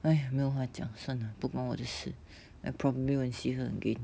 !aiya! 没有话讲算了不关我的事 I probably won't see her again